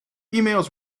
emails